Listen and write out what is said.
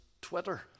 Twitter